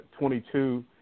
22